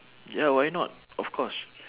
ya why not of course